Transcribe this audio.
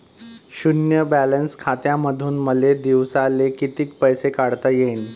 शुन्य बॅलन्स खात्यामंधून मले दिवसाले कितीक पैसे काढता येईन?